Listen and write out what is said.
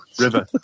river